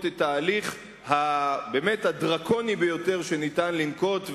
את ההליך הדרקוני ביותר שניתן לנקוט,